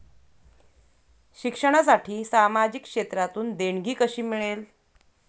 शिक्षणासाठी सामाजिक क्षेत्रातून देणगी कशी मिळेल?